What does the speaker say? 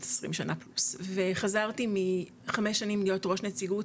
20 שנה פלוס וחזרתי מחמש שנים להיות ראש נציגות,